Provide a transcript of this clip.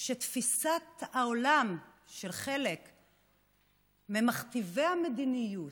שתפיסת העולם של חלק ממכתיבי המדיניות,